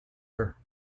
her